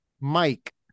Mike